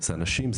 זה אנשים,